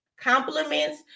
compliments